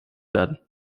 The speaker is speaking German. werden